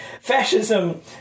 Fascism